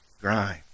grime